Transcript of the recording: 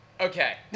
okay